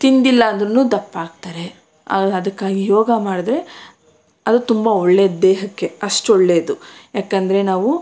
ತಿಂದಿಲ್ಲಂದ್ರೂ ದಪ್ಪ ಆಗ್ತಾರೆ ಅದಕ್ಕಾಗಿ ಯೋಗ ಮಾಡಿದ್ರೆ ಅದು ತುಂಬ ಒಳ್ಳೇದು ದೇಹಕ್ಕೆ ಅಷ್ಟು ಒಳ್ಳೇದು ಏಕೆಂದರೆ ನಾವು